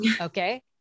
Okay